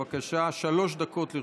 בבקשה, שלוש דקות לרשותך.